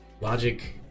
Logic